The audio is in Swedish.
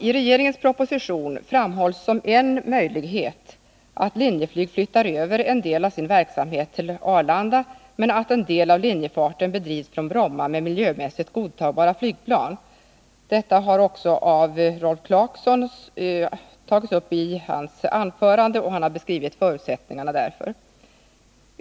I regeringens proposition framhålls som en möjlighet, att Linjeflyg flyttar över en del av sin verksamhet till Arlanda men att en del av linjefarten bedrivs från Bromma med miljömässigt godtagbara flygplan. Detta har också Rolf Clarkson tagit upp i sitt anförande, och han har beskrivit förutsättningarna härför.